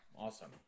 awesome